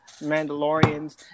Mandalorians